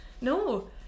No